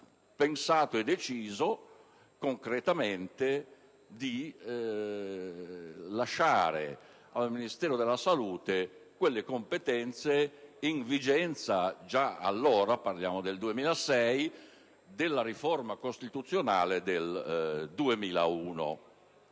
pensato e deciso concretamente di lasciare al Ministero della salute quelle competenze in vigenza già allora - parliamo del 2006 - della riforma costituzionale del 2001.